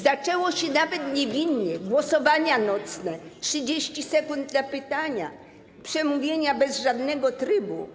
Zaczęło się nawet niewinnie: nocne głosowania, 30 sekund na pytania, przemówienia bez żadnego trybu.